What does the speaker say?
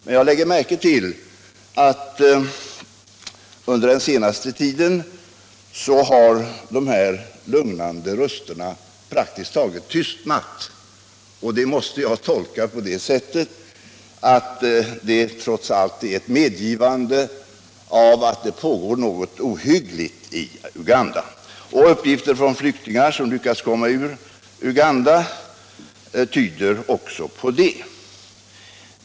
Men jag lägger märke till att under den senaste tiden har dessa lugnande röster praktiskt taget tystnat, och det måste jag tolka som ett medgivande av att det trots allt pågår något ohyggligt i Uganda. Uppgifter från flyktingar som lyckats komma ut ur Uganda tyder också på det.